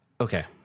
Okay